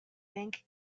bank